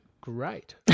Great